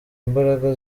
imbaraga